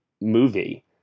movie